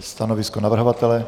Stanovisko navrhovatele?